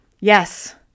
Yes